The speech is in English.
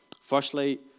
Firstly